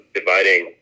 dividing